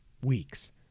weeks